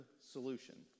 solution